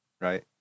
right